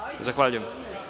Zahvaljujem.